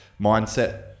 mindset